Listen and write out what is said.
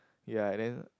ya and then